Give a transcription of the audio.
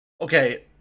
Okay